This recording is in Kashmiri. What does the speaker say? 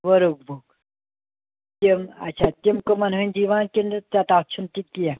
ؤرٕک بُک تِم آچھا تِم کٕمَن ہنٛدۍ یِوان کِنہٕ تَتھ چھُنہٕ تہِ کیٚنٛہہ